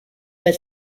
that